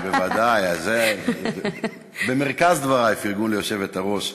בוודאי, במרכז דברי פרגון ליושבת-ראש.